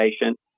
patient